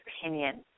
opinion